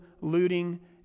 looting